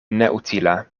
neutila